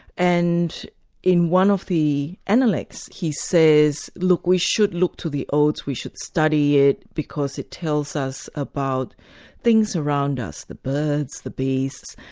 and in one of the analects he says look, we should look to the odes, we should study it because it tells us about things around us, the birds, the bees.